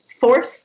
force